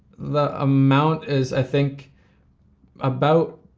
the amount is i think about,